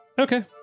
okay